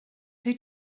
who